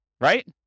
right